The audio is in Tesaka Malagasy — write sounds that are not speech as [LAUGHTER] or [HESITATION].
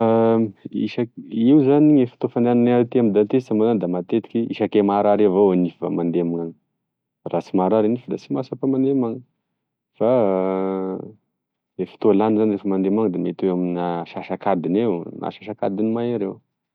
[HESITATION] Isakin- io zany gne fotoa fandehana aty amigne dentiste zany ma zany da matetiky isake marary avao e nify vao mandeha amignany raha sy marary e nify da sy masapa mandeha amignany fa [HESITATION] e fotoa lany zany refa mandeha amignany da mety eo ame asasakadiny eo na asasakadiny mahery eo.